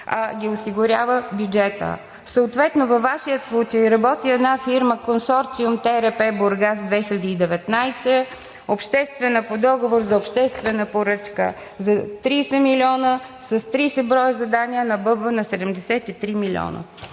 а ги осигурява бюджетът. Съответно във Вашия случай работи една фирма консорциум „ТРП Бургас 2019“ по договор за обществена поръчка за 30 милиона с 30 броя задания, а набъбва на 73 милиона.